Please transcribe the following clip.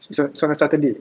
sampai sampai saturday